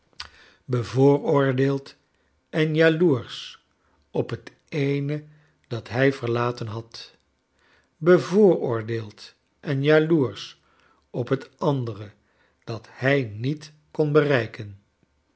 deeld en jaloersch op het eeno dat hij verlaten had bevooroordeeld en i jaloersch op het andere dat hij niet j kon bereiken